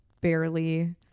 barely